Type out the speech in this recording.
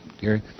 Gary